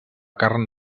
carn